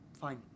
fine